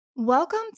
Welcome